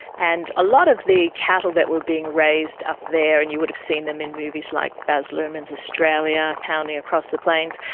and a lot of the cattle that were being raised up there, and you would have seen in movies like baz luhrmann's australia, pounding across the plains,